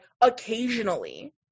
occasionally